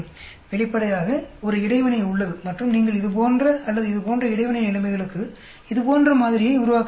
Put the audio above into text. வெளிப்படையாக ஒரு இடைவினை உள்ளது மற்றும் நீங்கள் இது போன்ற அல்லது இது போன்ற இடைவினை நிலைமைகளுக்கு இது போன்ற மாதிரியை உருவாக்க வேண்டியிருக்கும்